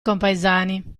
compaesani